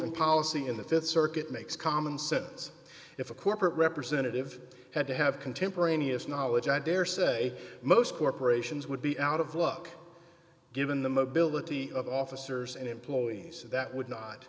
and policy in the th circuit makes common sense if a corporate representative had to have contemporaneous knowledge i daresay most corporations would be out of luck given the mobility of officers and employees that would not